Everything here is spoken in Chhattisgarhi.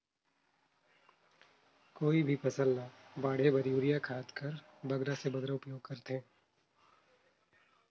कोई भी फसल ल बाढ़े बर युरिया खाद कर बगरा से बगरा उपयोग कर थें?